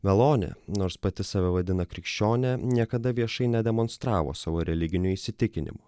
meloni nors pati save vadina krikščionė niekada viešai nedemonstravo savo religinių įsitikinimų